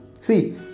See